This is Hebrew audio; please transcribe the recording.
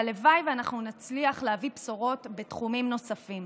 והלוואי ואנחנו נצליח להביא בשורות בתחומים נוספים.